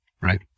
Right